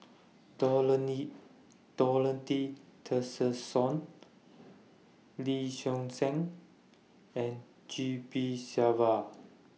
Dorothy Tessensohn Lee Seow Ser and G P Selvam